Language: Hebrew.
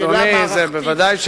בוודאי,